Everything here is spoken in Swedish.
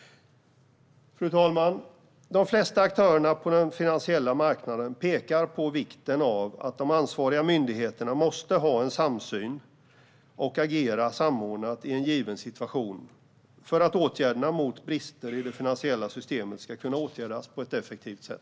Fru talman! De flesta aktörerna på den finansiella marknaden pekar på vikten av att de ansvariga myndigheterna måste ha en samsyn och agera samordnat i en given situation, för att åtgärderna mot brister i det finansiella systemet ska kunna bli effektiva.